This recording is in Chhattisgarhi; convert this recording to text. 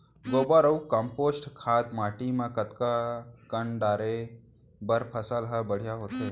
गोबर अऊ कम्पोस्ट खाद माटी म कतका कन डाले बर फसल ह बढ़िया होथे?